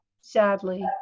sadly